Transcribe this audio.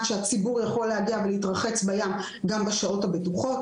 שהציבור יוכל להגיע ולהתרחץ בים גם בשעות הבטוחות.